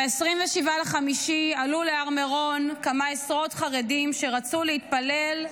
ב-27 במאי עלו להר מירון כמה עשרות חרדים שרצו להתפלל,